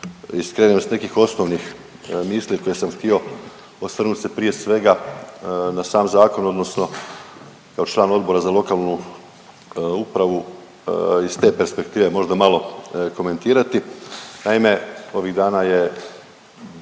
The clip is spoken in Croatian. skrenem s nekih osnovnih misli koje sam htio osvrnut se prije svega na sam zakon odnosno kao član Odbora za lokalnu upravu iz te perspektive možda malo komentirati. Naime, ovih dana je